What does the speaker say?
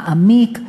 מעמיק,